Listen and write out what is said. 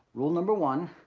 rule number one,